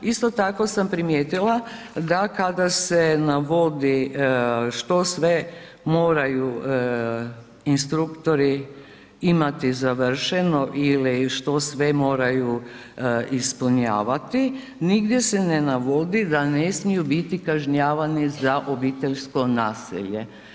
Isto tako sam primijetila da kada se navodi što sve moraju instruktori imati završeno ili što sve moraju ispunjavati, nigdje se ne navodi da ne smiju biti kažnjavani za obiteljsko nasilje.